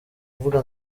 mvuga